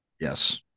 Yes